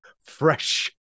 Fresh